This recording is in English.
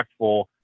impactful